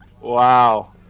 Wow